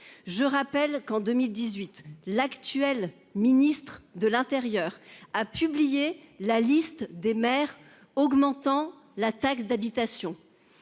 je rappelle qu'en 2018 l'actuel ministre de l'Intérieur a publié la liste des maires augmentant la taxe d'habitation.